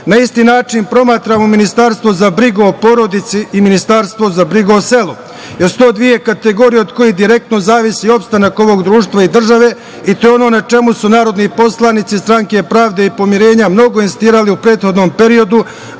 isti način promatramo ministarstvo za brigu o porodici i ministarstvo za brigu o selu, jer su to dve kategorije od kojih direktno zavisi opstanak ovog društva i države i to je ono na čemu su narodni poslanici Stranke pravde i pomirenja mnogo insistirali u prethodnom periodu,